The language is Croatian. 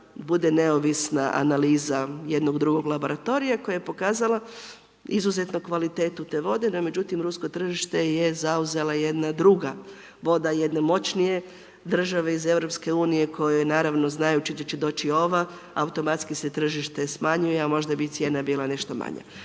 bude neovisna analiza jednog drugog laboratorija koja je pokazala izuzetnu kvalitetu te vode, no međutim, rusko tržište je zauzela jedna druga voda jedne moćnije države iz EU kojoj naravno, znajući da će doći ova, automatski se tržište smanjuje, a možda bi i cijena bila nešto manja.